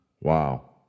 Wow